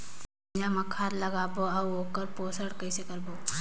गुनजा मा कतना खाद लगाबो अउ आऊ ओकर पोषण कइसे करबो?